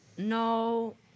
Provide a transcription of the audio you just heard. No